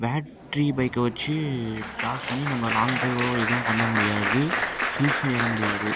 battery பைக்கை வைச்சி charge பண்ணி நம்ம லாங் ட்ரைவோ எதுவும் பண்ண முடியாது ஹில்ஸும் ஏற முடியாது